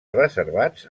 reservats